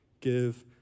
give